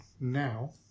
now